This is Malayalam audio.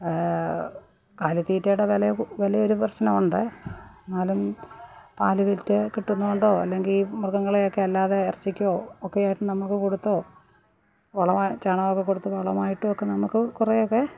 കാലിത്തീറ്റയുടെ വിലയൊരു പ്രശനമുണ്ട് എന്നാലും പാല് വിറ്റ് കിട്ടുന്നോണ്ടോ അല്ലെങ്കി മൃഗങ്ങളെയൊക്കെ അല്ലാതെ ഇറച്ചിക്കോ ഒക്കെ ആയിട്ട് നമ്മള്ക്ക് കൊടുത്തോ വളമായി ചാണകമൊക്കെ കൊടുത്ത് വളമായിട്ടൊക്കെ നമുക്ക് കുറെയൊക്കെ